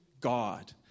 God